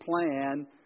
plan